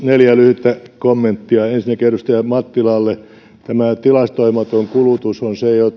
neljä lyhyttä kommenttia ensinnäkin edustaja mattilalle tämä tilastoimaton kulutus on se